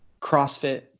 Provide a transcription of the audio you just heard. CrossFit